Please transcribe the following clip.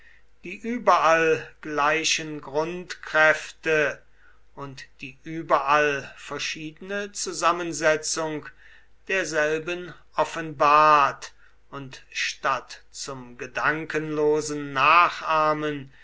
die überall gleichen grundkräfte und die überall verschiedene zusammensetzung derselben offenbart und statt zum gedankenlosen nachahmen